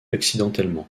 accidentellement